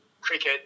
cricket